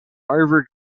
harvard